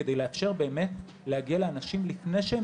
כדי לאפשר באמת להגיע אל האנשים לפני שהם